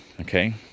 okay